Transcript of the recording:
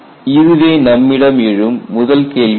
இதுவே நம்மிடம் எழும் முதல் கேள்வியாகும்